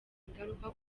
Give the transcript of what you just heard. ingaruka